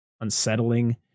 unsettling